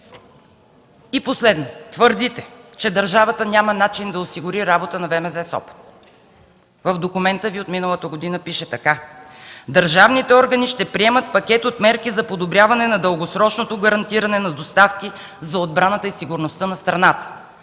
И последно, твърдите, че държавата няма начин да осигури работа на ВМЗ – Сопот. В документа Ви от миналата година пише така: „Държавните органи ще приемат пакет от мерки за подобряване на дългосрочното гарантиране на доставки за отбраната и сигурността на страната”,